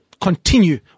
continue